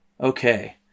Okay